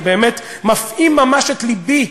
זה באמת מפעים ממש את לבי,